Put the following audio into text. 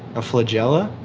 a flagella?